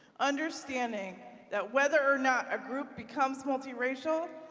understanding that whether or not a group becomes multi-racial,